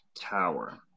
tower